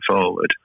forward